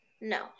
No